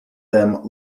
them